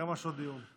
כמה שעות דיון.